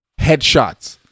headshots